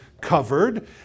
covered